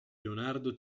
leonardo